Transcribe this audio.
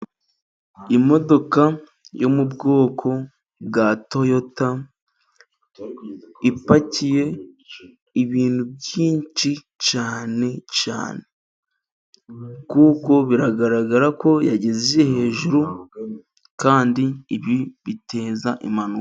Imodoka yo mu bwoko bwa toyota, ipakiye ibintu byinshi cyane cyane, kuko biragaragara ko yagejeje hejuru kandi ibi biteza impanuka.